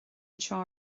anseo